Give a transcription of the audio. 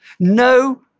No